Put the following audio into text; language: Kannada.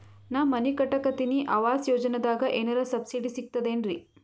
ನಾ ಮನಿ ಕಟಕತಿನಿ ಆವಾಸ್ ಯೋಜನದಾಗ ಏನರ ಸಬ್ಸಿಡಿ ಸಿಗ್ತದೇನ್ರಿ?